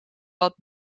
wat